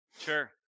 Sure